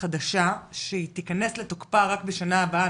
חדשה שתיכנס לתוקפה רק בשנה הבאה.